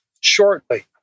shortly